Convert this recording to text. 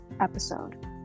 episode